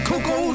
Coco